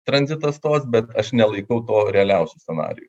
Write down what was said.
tranzitas stos bet aš nelaikau to realiausiu scenariju